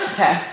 Okay